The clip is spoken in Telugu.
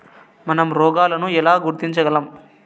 మనం రోగాలను ఎలా గుర్తించగలం?